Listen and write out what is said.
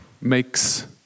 makes